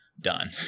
done